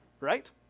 Right